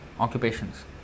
Occupations